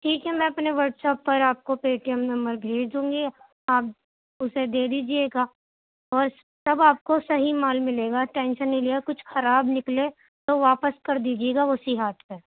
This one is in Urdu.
ٹھیک ہے میں اپنے ورک شاپ پر آپ کو پے ٹی ایم نمبر بھیج دوں گی آپ اسے دے دیجیے گا اور تب آپ کو صحیح مال ملے گا ٹینشن نہیں لیا کچھ خراب نکلے تو واپس کر دیجیے گا اسی ہاتھ پہ